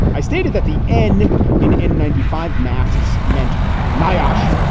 i stated that the end in in ninety five masks meant nigh ash,